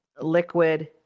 liquid